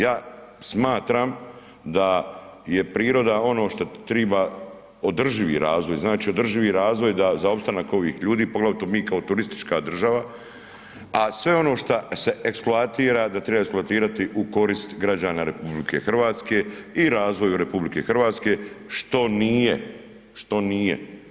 Ja smatram da je priroda ono što treba održivi razvoj, znači održivi razvoj za opstanak ovih ljudi, poglavito mi kao turistička država a sve ono što se eksploatira da treba eksploatirati u korist građana RH i razvoju RH što nije, što nije.